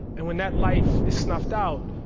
and when that life is snuffed out,